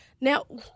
Now